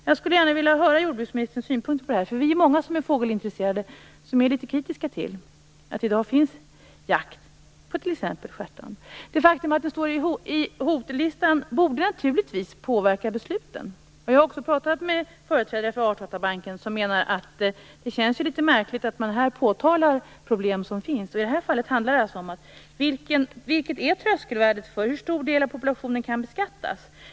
Jag skulle gärna vilja höra jordbruksministerns synpunkt på det här. Vi är många fågelintresserade som i dag är litet kritiska till att det finns jakt på t.ex. stjärtand. Det faktum att den står på hotlistan borde naturligtvis påverka besluten. Jag har också pratat med företrädare för Artdatabanken som menar att det känns litet märkligt att man påtalar problem som finns. I det här fallet handlar det alltså om vad tröskelvärdet är. Hur stor del av populationen kan beskattas?